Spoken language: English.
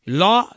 law